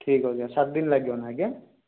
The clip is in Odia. ଠିକ୍ ଅଛି ଆଜ୍ଞା ସାତଦିନ ଲାଗିବ ନା ଆଜ୍ଞା